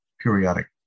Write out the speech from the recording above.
periodic